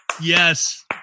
Yes